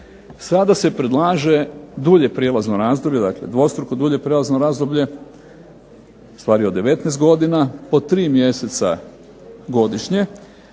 Sada se predlaže dulje prijelazno razdoblje, dakle dvostruko dulje prijelazno razdoblje, stvar je o 19 godina po 3 mjeseca godišnje